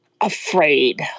afraid